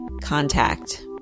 Contact